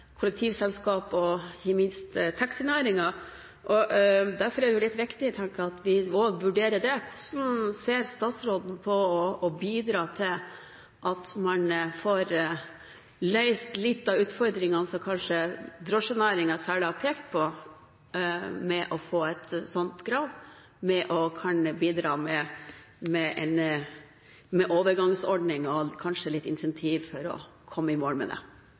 kollektivselskap og ikke minst taxinæringen, og derfor er det jo litt viktig, tenker jeg, at vi også vurderer det. Hvordan ser statsråden på det å bidra til at man får løst litt av de utfordringene – som kanskje særlig drosjenæringen har pekt på – som et sånt krav medfører, ved å bidra med overgangsordninger og kanskje litt incentiver, for å komme i mål med dette? Det